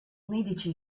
medici